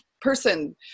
person